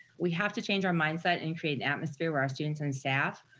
we have to change our mindset and create and atmosphere where our students and staff,